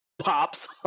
pops